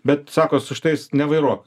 bet sako su šitais nevairuok